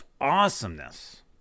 Awesomeness